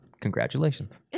congratulations